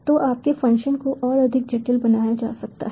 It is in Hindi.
तो आपके फंक्शंस को और अधिक जटिल बनाया जा सकता है